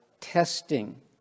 testing